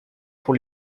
pour